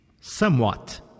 somewhat